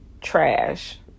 trash